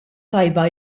tajba